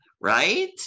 right